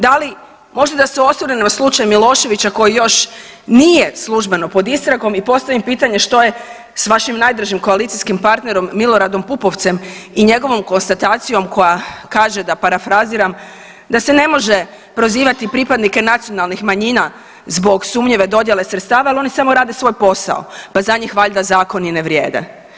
Da li možda da se osvrnem na slučaj Miloševića koji još nije službeno pod istragom i postavim pitanje što je s vašim najdražim koalicijskim partnerom Miloradom Pupovcem i njegovom konstatacijom koja kaže da parafraziram da se ne može prozivati pripadnike nacionalnih manjina zbog sumnjive dodjele sredstava jer oni samo rade svoj posao pa za njih valjda zakoni ne vrijede.